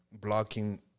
blocking